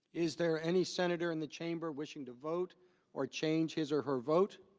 is there any senator in the chamber wishing to vote or change his or her vote.